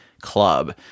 club